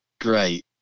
Great